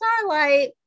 Starlight